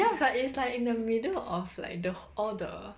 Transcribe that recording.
ya but it's like in the middle of like the all the